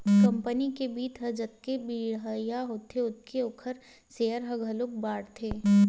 company के बित्त ह जतके बड़िहा होथे ओतके ओखर सेयर ह घलोक बाड़थे